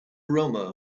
roma